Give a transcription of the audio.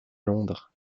londres